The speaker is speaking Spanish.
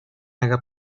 haga